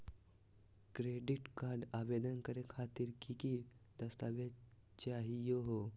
Credit card आवेदन करे खातिर की की दस्तावेज चाहीयो हो?